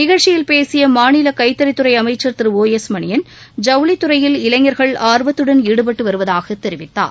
நிகழ்ச்சியில் பேசிய மாநில கைத்தறித் துறை அமைச்சர் திரு ஓ எஸ் மணியன் ஜவுளித் துறையில் இளைஞர்கள் ஆர்வத்துடன் ஈடுபட்டு வருவதாக தெரிவித்தார்